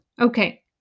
Okay